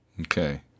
Okay